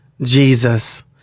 Jesus